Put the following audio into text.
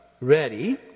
ready